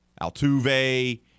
Altuve